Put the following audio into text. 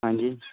हां जी